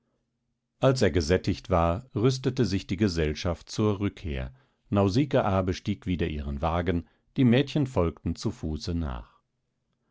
als er gesättigt war rüstete sich die gesellschaft zur rückkehr nausikaa bestieg wieder ihren wagen die mädchen folgten zu fuße nach